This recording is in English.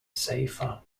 safer